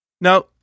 Now